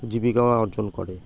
জীবিকা অর্জন করে